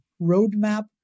roadmap